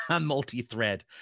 multi-thread